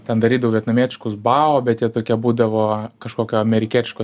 ten darydavau vietnamietiškus bao bet jie tokie būdavo kažkokio amerikietiško